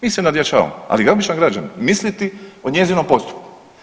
Mi se nadjačavamo, ali običan građanin misliti o njezinom postupku.